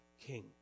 king